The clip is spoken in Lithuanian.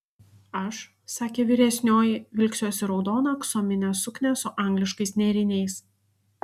aš sakė vyresnioji vilksiuosi raudoną aksominę suknią su angliškais nėriniais